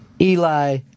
Eli